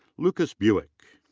lucas buwick.